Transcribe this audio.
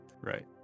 Right